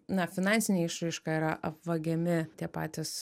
na finansine išraiška yra apvagiami tie patys